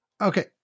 Okay